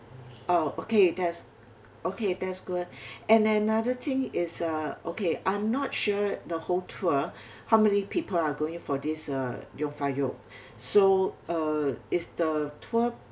oh okay that's okay that's good and another thing is uh okay I'm not sure the whole tour how many people are going for this uh jungfraujoch so uh is the tour